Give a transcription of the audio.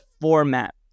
format